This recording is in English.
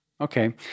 Okay